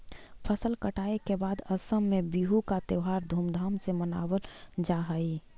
फसल कटाई के बाद असम में बिहू का त्योहार धूमधाम से मनावल जा हई